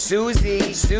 Susie